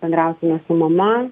bendrausime su mama